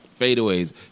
fadeaways